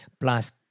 Plus